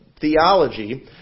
theology